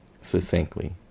succinctly